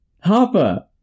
Harper